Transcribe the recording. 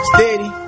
Steady